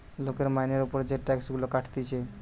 লোকের মাইনের উপর যে টাক্স গুলা কাটতিছে